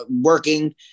working